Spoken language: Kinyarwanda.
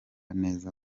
neza